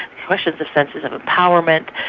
questions of senses of empowerment,